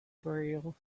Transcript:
burial